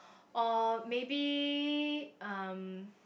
or maybe um